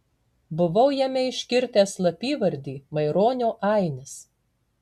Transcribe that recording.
buvau jame iškirtęs slapyvardį maironio ainis